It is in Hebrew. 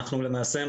למעשה,